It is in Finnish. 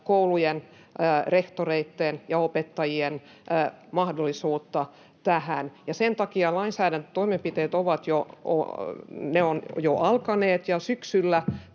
koulujen, rehtoreitten ja opettajien, mahdollisuutta tähän. Lainsäädäntötoimenpiteet ovat jo alkaneet, ja syksyllä